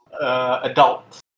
Adult